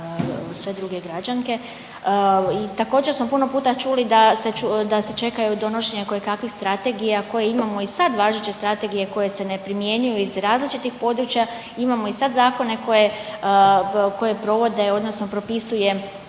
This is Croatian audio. sve druge građanke. I također smo puno puta čuli da se čekaju donošenja kojekakvih strategija koje imamo i sad važeće strategije koje se ne primjenjuju iz različitih područja, imamo i sad zakone koje provode odnosno propisuju